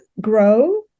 grow